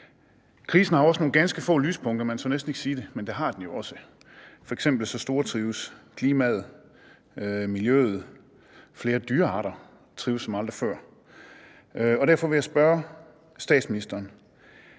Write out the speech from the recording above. Krisen har også nogle ganske få lyspunkter – man tør næsten ikke sige det, men det har den jo også – f.eks. stortrives klimaet, miljøet, og flere dyrearter trives som aldrig før. Derfor vil jeg spørge statsministeren: